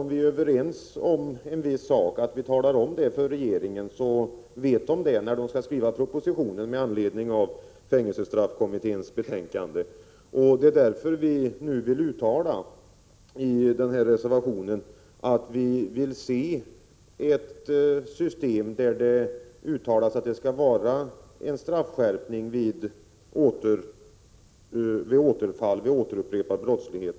om vi är överens om ett visst förhållande, redovisar detta för 15 regeringen, så att den vet om detta när den skall skriva propositionen med anledning av fängelsestraffkommitténs betänkande. Det är därför som vi nu i reservationen i detta avseende föreslår ett uttalande till förmån för en straffskärpning vid upprepad brottslighet.